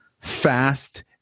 fast